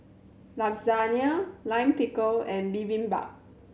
Lasagne Lime Pickle and Bibimbap